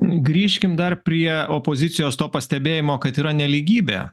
grįžkim dar prie opozicijos to pastebėjimo kad yra nelygybė